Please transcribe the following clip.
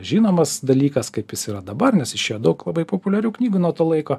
žinomas dalykas kaip jis yra dabar nes išėjo daug labai populiarių knygų nuo to laiko